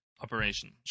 operation